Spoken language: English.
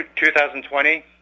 2020